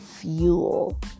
fuel